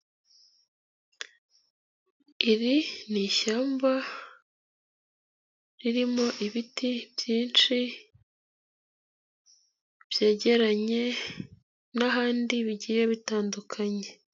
Iri ni ishyamba ririmo ibiti byinshi byegeranye n'ahandi bigiye bitandukanye.